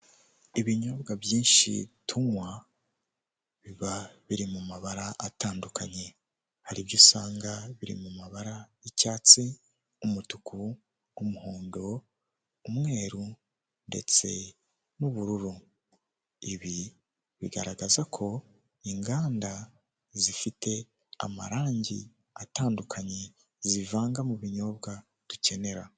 Ibinyobwa byinshi tunywa, biba biri mu mabara atandukanye. Hari ibyo usanga biri mu mabara y'icyatsi, umutuku, umuhondo, umweru ndetse n'ubururu. Ibi bigaragaza ko inganda zifite amarangi atandukanye zivanga mu binyobwa dukenera.